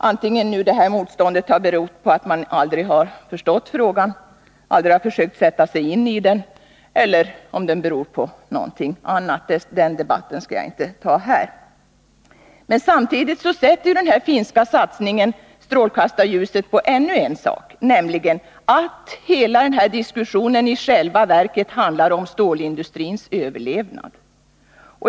Om nu det motståndet har berott på att man aldrig har förstått frågan eller på att man aldrig har försökt sätta sig in i den eller om det har berott på någonting annat — den debatten skall jag inte ta upp här. Samtidigt sätter den finska satsningen strålkastarljuset på ännu en sak, nämligen att hela denna diskussion i själva verket handlar om stålindustrins överlevnad.